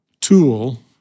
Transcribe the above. tool